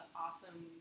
awesome